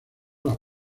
las